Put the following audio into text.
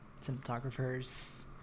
cinematographers